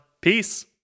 Peace